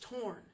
torn